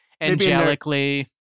angelically